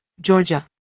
Georgia